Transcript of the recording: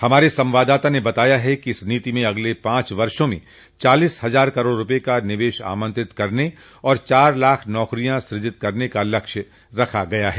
हमारे संवाददाता ने बताया है कि इस नीति में अगले पांच वर्षों में चालीस हजार करोड़ रुपये का निवेश आमंत्रित करने और चार लाख नौकरियां सृजित करने का लक्ष्य रखा गया है